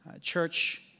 church